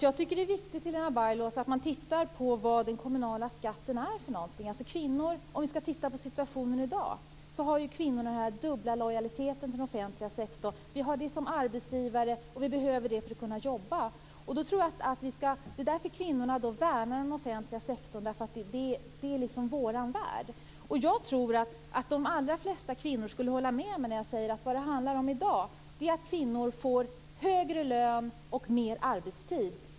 Fru talman! Det är viktigt att man tittar på vad den kommunala skatten är för någonting. Situationen i dag är den att kvinnorna har den dubbla lojaliteten för den offentliga sektorn. Vi har den som arbetsgivare, och vi behöver den för att kunna jobba. Det är därför som vi kvinnor värnar den offentliga sektorn. Det är vår värld. Jag tror att de allra flesta kvinnor skulle hålla med mig när jag säger att det i dag handlar om att se till att kvinnor får högre lön och mer arbetstid.